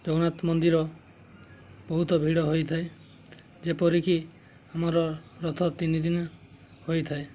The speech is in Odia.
ଜଗନ୍ନାଥ ମନ୍ଦିର ବହୁତ ଭିଡ଼ ହୋଇଥାଏ ଯେପରିକି ଆମର ରଥ ତିନି ଦିନ ହୋଇଥାଏ